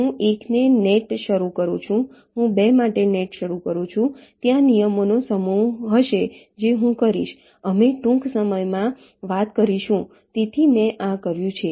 હું 1 માટે નેટ શરૂ કરું છું હું 2 માટે નેટ શરૂ કરું છું ત્યાં નિયમોનો સમૂહ હશે જે હું કરીશ અમે ટૂંક સમયમાં વાત કરીશું તેથી મેં આ કર્યું છે